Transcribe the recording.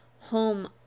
home